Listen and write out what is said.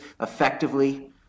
effectively